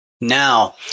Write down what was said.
Now